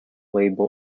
label